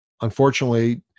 unfortunately